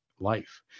life